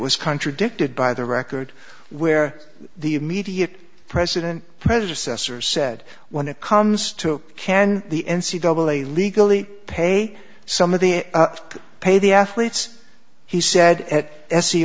was contradicted by the record where the immediate president president sesar said when it comes to can the n c double a legally pay some of the pay the athletes he said at s e